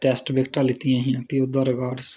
taste विकेटां लैती हियां भी ओह्दा रिकॉर्ड